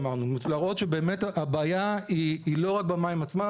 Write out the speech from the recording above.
להראות שבאמת הבעיה היא לא רק במים עצמם.